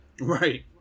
Right